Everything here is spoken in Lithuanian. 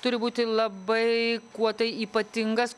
turi būti labai kuo tai ypatingas